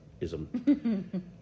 ism